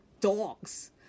dogs